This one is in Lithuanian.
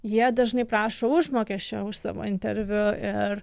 jie dažnai prašo užmokesčio už savo interviu ir